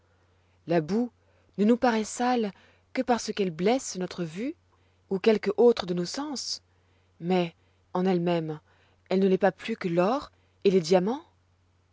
la boue ne nous paroît sale que parce qu'elle blesse notre vue ou quelque autre de nos sens mais en elle-même elle ne l'est pas plus que l'or et les diamants